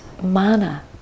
mana